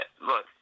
look